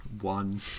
One